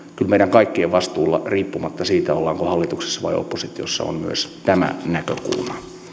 kyllä meidän kaikkien vastuulla riippumatta siitä olemmeko hallituksessa vai oppositiossa on myös tämä näkökulma